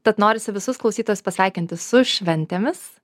tad norisi visus klausytojus pasveikinti su šventėmis